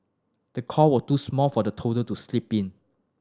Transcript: the cot was too small for the toddler to sleep in